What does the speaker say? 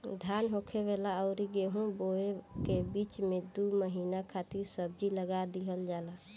धान होखला अउरी गेंहू बोअला के बीच में दू महिना खातिर सब्जी लगा दिहल जाला